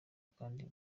kandi